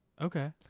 Okay